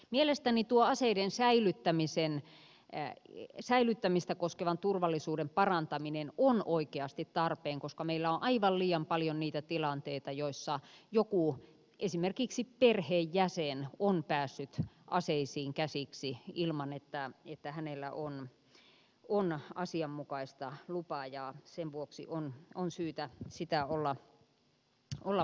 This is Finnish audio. mielestäni tuo aseiden säilyttämistä koskevan turvallisuuden parantaminen on oikeasti tarpeen koska meillä on aivan liian paljon niitä tilanteita joissa joku esimerkiksi perheenjäsen on päässyt aseisiin käsiksi ilman että hänellä on asianmukaista lupaa ja sen vuoksi on syytä sitä olla parantamassa